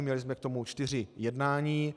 Měli jsme k tomu čtyři jednání.